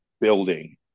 building